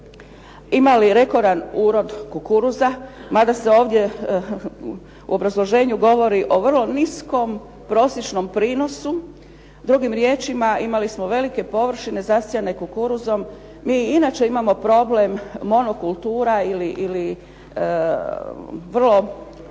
imali rekordan urod kukuruza, mada se ovdje u obrazloženju govori o vrlo niskom prosječnom prinosu, drugim riječima imali smo velike površine zasijane kukuruzom. Mi inače imamo problem monokultura ili vrlo